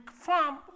farm